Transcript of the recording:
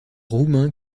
roumain